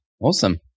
awesome